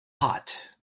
hot